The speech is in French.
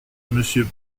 monsieur